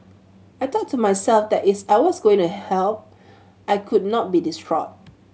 I thought to myself that is I was going to help I could not be distraught